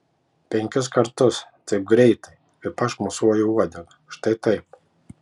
penkis kartus taip greitai kaip aš mosuoju uodega štai taip